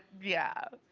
yeah.